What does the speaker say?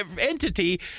entity